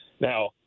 Now